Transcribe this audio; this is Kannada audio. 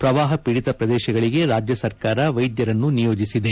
ಪ್ರವಾಹ ಪೀಡಿತ ಪ್ರದೇಶಗಳಿಗೆ ರಾಜ್ಯ ಸರ್ಕಾರ ವೈದ್ಯರನ್ನು ನಿಯೋಜಿಸಿದೆ